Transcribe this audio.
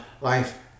life